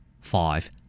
five